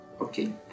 Okay